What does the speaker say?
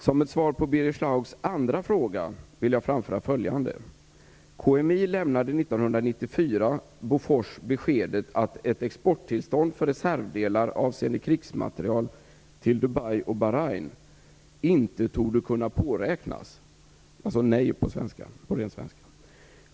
Som svar på Birger Schlaugs andra fråga vill jag framföra följande: KMI lämnade 1994 Bofors beskedet att ett exporttillstånd för reservdelar avseende krigsmateriel till Dubai och Bahrain inte torde kunna påräknas - alltså nej, på ren svenska.